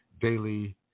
daily